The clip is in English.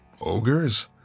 Ogres